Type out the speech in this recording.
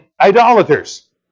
idolaters